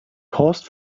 paused